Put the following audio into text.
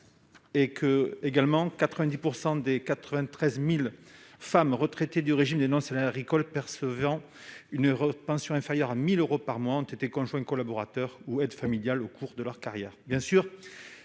et que 90 % des 493 000 femmes retraitées du régime des non-salariés agricoles percevant une pension inférieure à 1 000 euros par mois ont été conjoint collaborateur ou aide familial au cours de leur carrière.